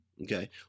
Okay